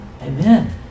Amen